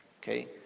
Okay